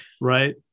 Right